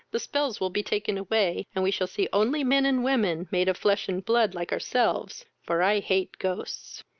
the spells will be taken away, and we shall see only men and women, made of flesh and blood like ourselves, for i hate ghosts.